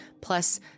Plus